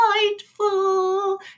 delightful